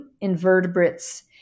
invertebrates